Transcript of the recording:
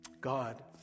God